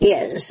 Yes